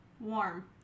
Warm